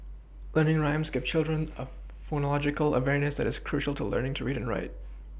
learning rhymes gives children a phonological awareness that is crucial to learning to read and write